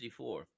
64